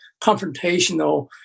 confrontational